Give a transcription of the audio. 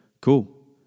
Cool